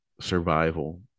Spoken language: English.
survival